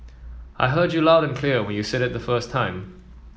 I heard you loud and clear when you said it the first time